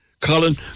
Colin